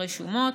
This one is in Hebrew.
ברשומות,